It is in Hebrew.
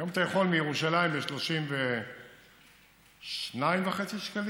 היום אתה יכול לנסוע מירושלים ב-32.5 שקלים